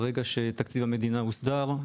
ברגע שתקציב המדינה הוסדר,